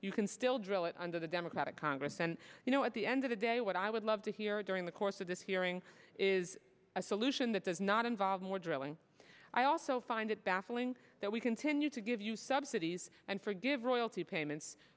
you can still drill it under the democratic congress and you know at the end of the day what i would love to hear during the course of this hearing is a solution that does not involve more drilling i also find it baffling that we continue to give you subsidies and forgive royalty payments